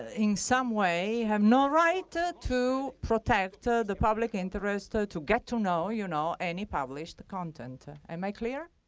ah in some way have no right ah to protect the public interest ah to get to know you know any published content. am i clear